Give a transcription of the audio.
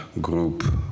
group